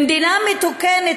במדינה מתוקנת,